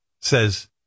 Says